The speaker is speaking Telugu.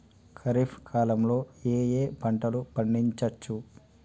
ఖరీఫ్ కాలంలో ఏ ఏ పంటలు పండించచ్చు?